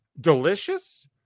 delicious